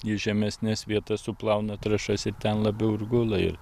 į žemesnes vietas suplauna trąšas ir ten labiau ir gula ir